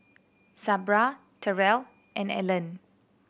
Sabra Terrell and Ellen